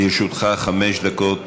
לרשותך חמש דקות.